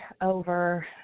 over